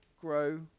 grow